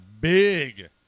big